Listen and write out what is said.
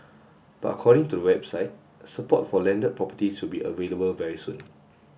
but according to website support for landed properties will be available very soon